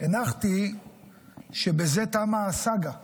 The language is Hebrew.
הנחתי שבזה תמה הסאגה המבישה.